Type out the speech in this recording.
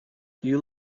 you